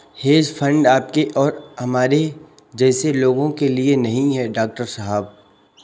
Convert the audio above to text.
hedge fund आपके और हमारे जैसे लोगों के लिए नहीं है, डॉक्टर साहब